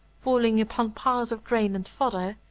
falling upon piles of grain and fodder,